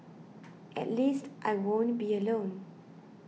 at least I won't be alone